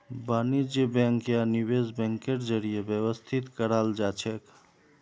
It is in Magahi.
वाणिज्य बैंक या निवेश बैंकेर जरीए व्यवस्थित कराल जाछेक